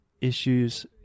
issues